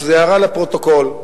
הערה לפרוטוקול,